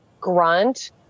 grunt